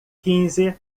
quinze